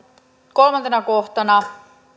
kolmantena kohtana